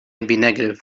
negative